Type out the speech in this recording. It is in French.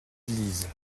lisent